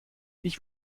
ich